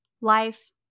life